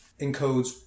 encodes